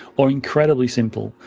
or incredibly simple,